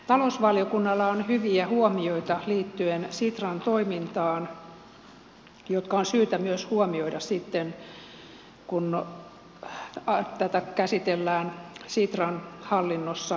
talousvaliokunnalla on sitran toimintaan liittyen hyviä huomioita jotka on syytä myös huomioida sitten kun tätä talousvaliokunnan mietintöä käsitellään sitran hallinnossa